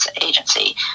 Agency